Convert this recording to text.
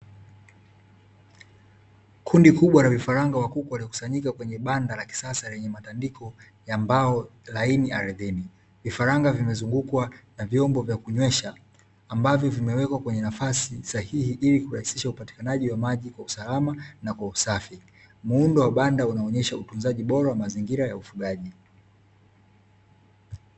Kundi kubwa la vifaranga wa kuku waliokusanyika kwenye banda la kisasa lenye matandiko ya mbao laini ardhini. Vifaranga vimezungukwa na vyombo vya kunywesha, ambavyo vimewekwa kwenye nafasi sahihi ili kurahisisha upatikanaji wa maji kwa usalama na kwa usafi. Muundo wa banda unaonyesha utunzaji bora wa mazingira ya ufugaji.